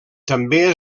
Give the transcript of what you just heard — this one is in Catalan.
també